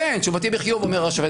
כן, תשובתי בחיוב, אומר השופט ברק.